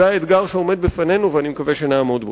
זה האתגר שעומד בפנינו ואני מקווה שנעמוד בו.